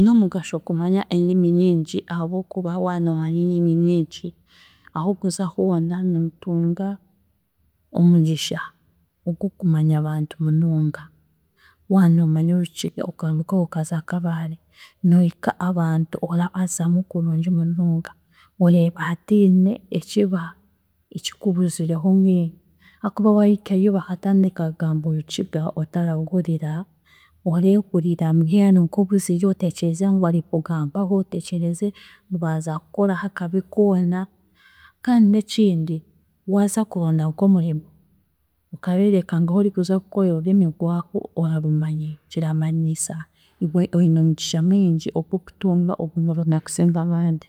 N'omugasho kumanya enimi nyingi ahabw'okuba waanooanya enimi nyingi, ahookuza hoona nimutunga omugisha ogw'okumanya abantu munonga. Waanoomanya Orukiga okarugaaha okaza Kabale, noohika abantu orabazamu kurungi munonga oreeba hatiine ekiba ekikubuzireho mbwenu, haakuba waahikayo bakatandika kugamba Orukiga otararuhurira, oreehurira mbwenu nk'obuzire oteekyereze ngu bari kukugambaho, oteekyereze baaza kukukoraho akabi koona. Kandi n'ekindi, waaza kuronda nk'omurimo, okabeereka ngu ahoorikuza kukorera orurimi rwaho orarumanya, kiramanyiisa iwe oine omugisha mwingi ogw'okutunga ogwo murimo okusinga abandi.